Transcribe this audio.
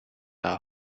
are